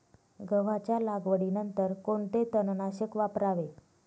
गव्हाच्या लागवडीनंतर कोणते तणनाशक वापरावे?